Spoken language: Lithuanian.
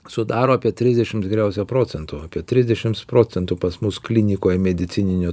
sudaro apie trisdešims geriausia procentų apie trisdešims procentų pas mus klinikoj medicininio